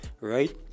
right